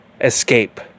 escape